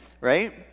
Right